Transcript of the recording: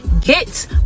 Get